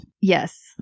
Yes